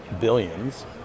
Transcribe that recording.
Billions